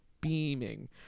beaming